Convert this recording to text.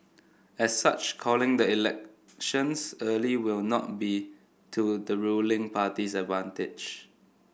as such calling the elections early will not be to the ruling party's advantage